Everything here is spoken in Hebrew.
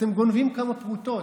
אתם גונבים כמה פרוטות,